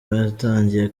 batangiye